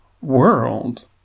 world